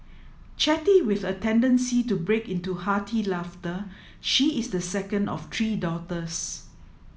chatty with a tendency to break into hearty laughter she is the second of three daughters